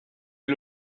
est